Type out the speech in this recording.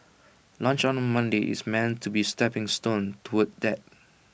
lunch on Monday is meant to be A stepping stone toward that